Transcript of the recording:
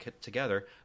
together